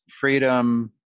freedom